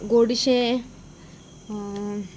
गोडिशे